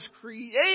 created